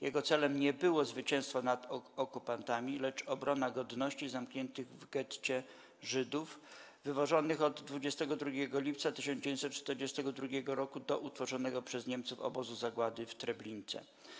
Jego celem nie było zwycięstwo nad okupantami, lecz obrona godności zamkniętych w getcie Żydów, wywożonych od 22 lipca 1942 roku do utworzonego przez Niemców obozu zagłady w Treblince.